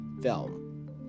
film